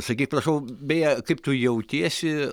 sakyk prašau beje kaip tu jautiesi